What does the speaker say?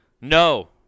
No